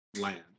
land